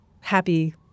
happy